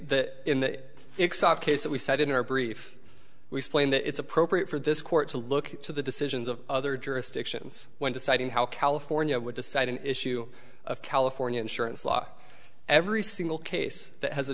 that in that case that we said in our brief we spoke in that it's appropriate for this court to look to the decisions of other jurisdictions when deciding how california would decide an issue of california insurance law every single case that has a